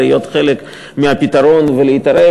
להיות חלק מהפתרון ולהתערב,